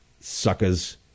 suckers